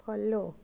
follow